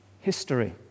history